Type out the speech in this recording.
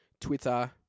Twitter